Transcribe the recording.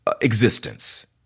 existence